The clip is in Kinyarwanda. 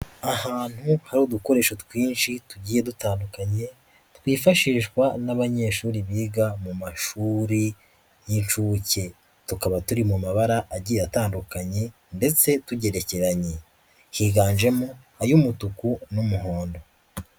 Ahantu hari udukoresho twinshi tugiye dutandukanye twifashishwa n'abanyeshuri biga mu mashuri y'inshuke, tukaba turi mu mabara agiye atandukanye ndetse tugerekeranye, higanjemo ay'umutuku n'umuhondo.